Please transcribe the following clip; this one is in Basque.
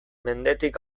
mendetik